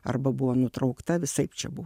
arba buvo nutraukta visaip čia buvo